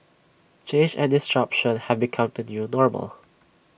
change and disruption have become the new normal